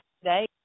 today